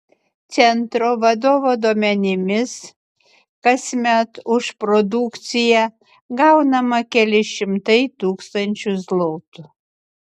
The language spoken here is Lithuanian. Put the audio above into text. centro vadovo duomenimis kasmet už produkciją gaunama keli šimtai tūkstančių zlotų